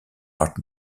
art